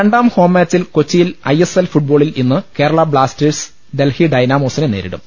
രണ്ടാം ഹോംമാച്ചിൽ കൊച്ചിയിൽ ഐഎസ് എൽ ഫുട്ബോളിൽ ഇന്ന് കേരളാ ബ്ലാസ്റ്റേഴ്സ് ഇന്ന് ഡൽഹി ഡൈനാ മോസിനെ നേരിടും